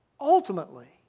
ultimately